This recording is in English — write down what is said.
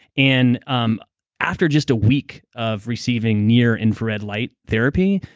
and um after just a week of receiving near infrared light therapy,